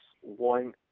One